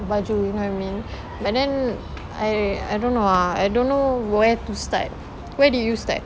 baju you know what I mean but then I I don't know ah I don't know where to start where do you start